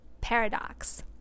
Paradox